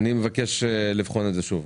מבקש לבחון את זה שוב.